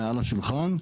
מעל השולחן,